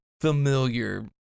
familiar